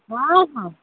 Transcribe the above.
ହଁ ହଁ